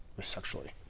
sexually